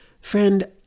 Friend